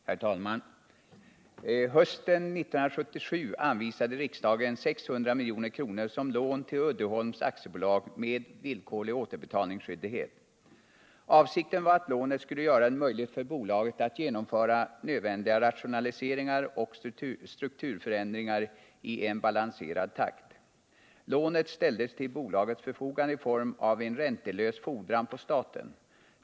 Herr talman! Hösten 1977 anvisade riksdagen 600 milj.kr. som lån till Uddeholms AB med villkorlig återbetalningsskyldighet. Avsikten var att lånet skulle göra det möjligt för bolaget att genomföra nödvändiga rationaliseringar och strukturförändringar i en balanserad takt. Lånet ställdes till bolagets förfogande i form av en räntelös fordran på staten.